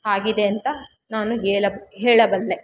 ಆಗಿದೆ ಅಂತ ನಾನು ಹೇಳ ಹೇಳಬಲ್ಲೆ